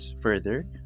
further